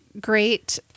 great